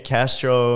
Castro